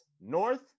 North